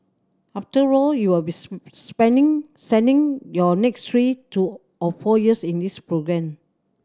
after all you will be spending sending your next three to or four years in this programme